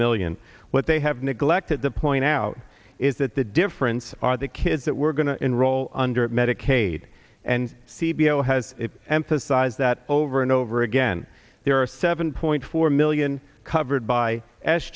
million what they have neglected to point out is that the difference are the kids that were going to enroll under medicaid and c b l has emphasized that over and over again there are seven point four million covered by